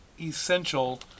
essential